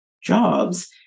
jobs